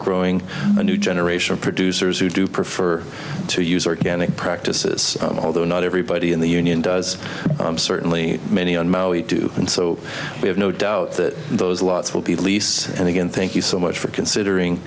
growing a new generation of producers who do prefer to use organic practices although not everybody in the union does certainly many on maui do and so we have no doubt that those lots will be released and again thank you so much for considering